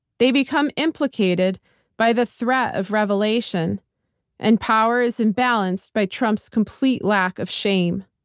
they become implicated by the threat of revelation and power is imbalanced by trump's complete lack of shame.